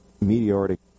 meteoric